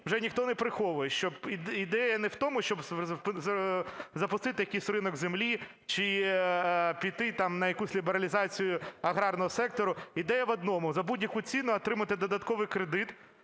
вже ніхто не приховує, що ідея не в тому, щоб запустити якійсь ринок землі чи піти на якусь лібералізацію аграрного сектору. Ідея в одному – за будь-яку ціну отримати додатковий кредит,